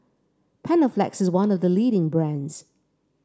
Panaflex is one the the leading brands